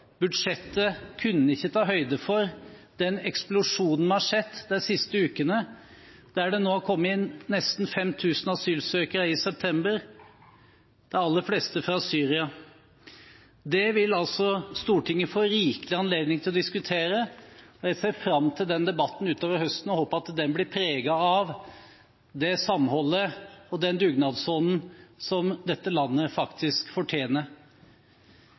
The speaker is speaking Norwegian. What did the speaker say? Budsjettet kunne ikke ta høyde for den eksplosjonen vi har sett de siste ukene, ved at det nå har kommet nesten 5 000 asylsøkere i september, de aller fleste fra Syria. Det vil Stortinget få rikelig anledning til å diskutere, og jeg ser fram til den debatten utover høsten og håper at den blir preget av det samholdet og den dugnadsånden som dette landet faktisk fortjener.